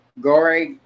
Gore